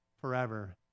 forever